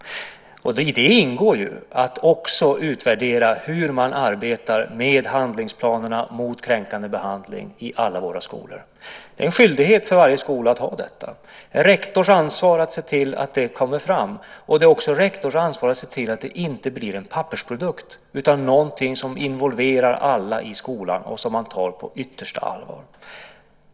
I det ingår att också utvärdera hur man arbetar med handlingsplanerna mot kränkande behandling i alla våra skolor. Det är en skyldighet för varje skola att ha detta. Det är rektors ansvar att se till att det kommer fram. Det är också rektors ansvar att se till att det inte blir en pappersprodukt utan någonting som involverar alla i skolan och som man tar på yttersta allvar.